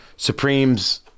Supreme's